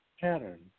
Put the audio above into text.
pattern